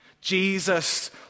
Jesus